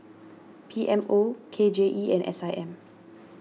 P M O K J E and S I M